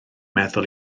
meddwl